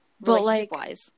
relationship-wise